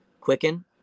Quicken